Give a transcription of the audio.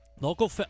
local